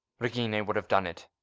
regina would have done it.